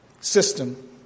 System